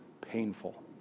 painful